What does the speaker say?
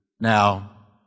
Now